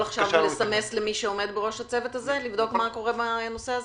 אתה יכול עכשיו לסמס למי שעומד בראש הצוות הזה לבדוק מה קורה בנושא הזה?